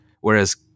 Whereas